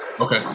Okay